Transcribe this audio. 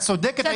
את צודקת,